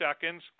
seconds